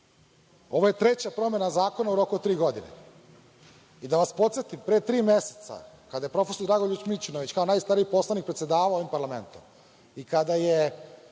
Ovo je treća promena zakona u roku od tri godine. Da vas podsetim pre tri meseca, kada je prof. Dragoljub Mićunović, kao najstariji poslanik predsedavao ovim parlamentom i kada je